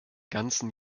ganzen